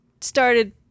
started